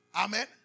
Amen